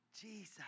Jesus